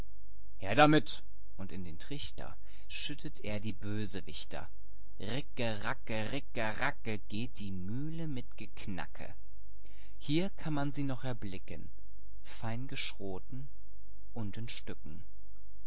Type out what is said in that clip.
her damit und in den trichter schüttelt er die bösewichter illustration und heraus rickeracke rickeracke geht die mühle mit geknacke illustration fein geschroten hier kann man sie noch erblicken fein geschroten und in stücken